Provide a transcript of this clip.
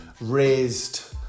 raised